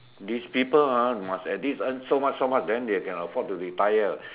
this people ah must at least earn so much so much then can afford to retire